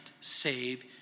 save